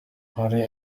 hari